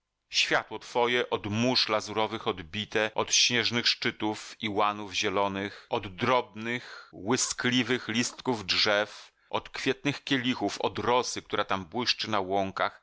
światło twoje od mórz lazurowych odbite od śnieżnych szczytów i łanów zielonych od drobnych łyskliwych listków drzew od kwietnych kielichów od rosy która tam błyszczy na łąkach